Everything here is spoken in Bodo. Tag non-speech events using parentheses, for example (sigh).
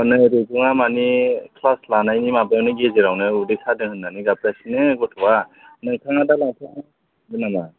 नै रुगुंआ मानि ख्लास लानायनि माबायावनो गेजेरावनो उदै सादों होननानै गाबगासिनो गथ'आ नोंथाङा दा लांफैनो (unintelligible) नामा